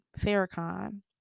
Farrakhan